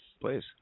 Please